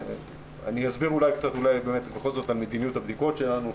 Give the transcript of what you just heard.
אסביר אולי בכל זאת על מדיניות הבדיקות שלנו,